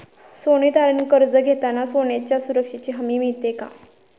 सोने तारण कर्ज घेताना सोन्याच्या सुरक्षेची हमी मिळते का?